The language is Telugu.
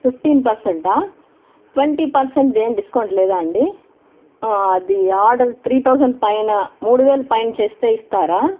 ఫిఫ్టీన్ పర్సెంటా ట్వంటీ పర్సెంట్ ఏమీ డిస్కౌంట్ లేదా అండీ అది ఆర్డర్ త్రీ థౌజండ్ పైన మూడు వేల పైన చేస్తే ఇస్తారా